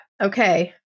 okay